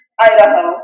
Idaho